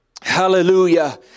Hallelujah